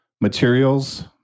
materials